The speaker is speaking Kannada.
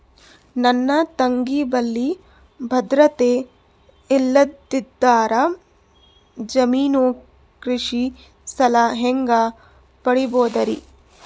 ನನ್ನ ತಂಗಿ ಬಲ್ಲಿ ಭದ್ರತೆ ಇಲ್ಲದಿದ್ದರ, ಜಾಮೀನು ಕೃಷಿ ಸಾಲ ಹೆಂಗ ಪಡಿಬೋದರಿ?